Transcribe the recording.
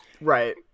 Right